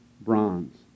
bronze